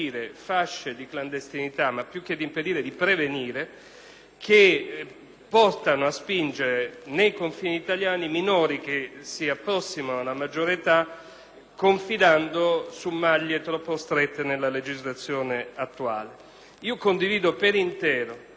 che portano a spingere nei confini italiani minori che si approssimano alla maggiore età, confidando su maglie troppo strette della legislazione attuale. Condivido per intero l'esigenza di una ricognizione d'insieme